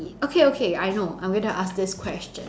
okay okay I know I'm gonna ask this question